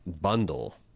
Bundle